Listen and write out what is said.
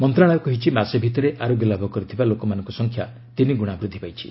ମନ୍ତ୍ରଣାଳୟ କହିଛି ମାସେ ଭିତରେ ଆରୋଗ୍ୟ ଲାଭ କରିଥିବା ଲୋକମାନଙ୍କ ସଂଖ୍ୟା ତିନିଗୁଣା ବୃଦ୍ଧି ପାଇଛି